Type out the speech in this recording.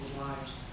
lives